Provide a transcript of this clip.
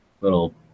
little